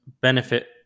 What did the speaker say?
benefit